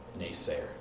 naysayer